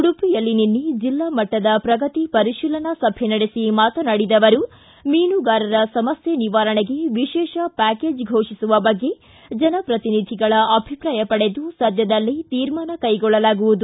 ಉಡುಪಿಯಲ್ಲಿ ನಿನ್ನೆ ಜೆಲ್ನಾಮಟ್ಟದ ಪ್ರಗತಿ ಪರಿಶೀಲನಾ ಸಭೆ ನಡೆಸಿ ಮಾತನಾಡಿದ ಅವರು ಮೀನುಗಾರರ ಸಮಸ್ನೆ ನಿವಾರಣೆಗೆ ವಿಶೇಷ ಪ್ಯಾಕೇಜ್ ಫೋಷಿಸುವ ಬಗ್ಗೆ ಜನಪ್ರತಿನಿಧಿಗಳ ಅಭಿಪ್ರಾಯ ಪಡೆದು ಸದ್ಯದಲ್ಲೇ ತೀರ್ಮಾನ ಕ್ಕೆಗೊಳ್ಳಲಾಗುವುದು